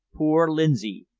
poor lindsay!